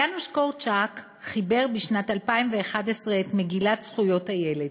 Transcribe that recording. יאנוש קורצ'אק חיבר בשנת 1929 את מגילת זכויות הילד,